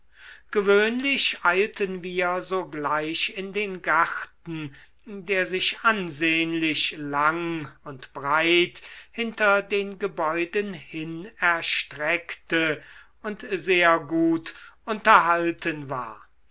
gewöhnlich eilten wir sogleich in den garten der sich ansehnlich lang und breit hinter den gebäuden hin erstreckte und sehr gut unterhalten war